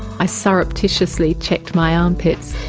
i surreptitiously checked my armpits.